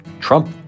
Trump